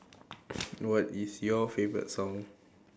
what is your favorite song